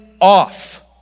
off